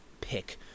pick